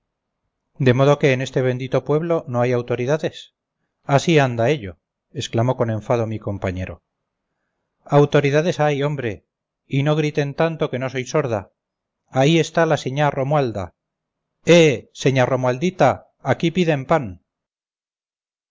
de modo que en este bendito pueblo no hay autoridades así anda ello exclamó con enfado mi compañero autoridades hay hombre y no griten tanto que no soy sorda ahí está la señá romualda eh señá romualdita aquí piden pan